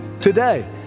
today